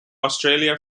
australia